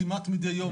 כמעט מדי יום,